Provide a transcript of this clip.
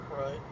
right